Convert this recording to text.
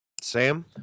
Sam